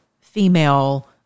female